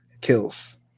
Kills